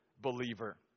believer